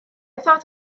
thought